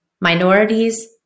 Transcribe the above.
minorities